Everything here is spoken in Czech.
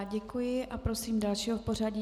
Děkuji a prosím dalšího v pořadí.